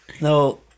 No